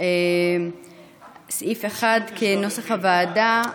סעיף 1, כנוסח הוועדה,